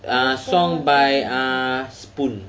ah song by ah spoon